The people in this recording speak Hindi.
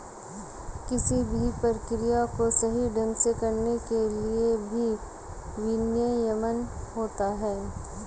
किसी भी प्रक्रिया को सही ढंग से करने के लिए भी विनियमन होता है